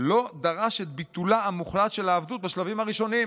לא דרש את ביטולה המוחלט של העבדות בשלבים הראשונים,